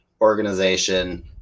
organization